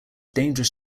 dangerous